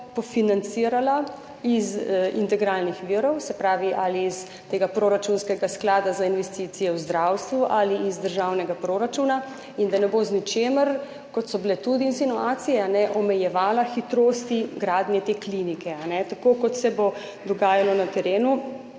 financirala iz integralnih virov, se pravi ali iz tega proračunskega sklada za investicije v zdravstvu ali iz državnega proračuna, in da ne bo z ničimer, kot so bile tudi insinuacije, omejevala hitrosti gradnje te klinike. Tako kot se bo dogajalo na terenu,